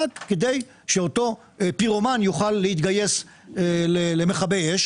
רק כדי שאותו פירומן יוכל להתגייס למכבה אש.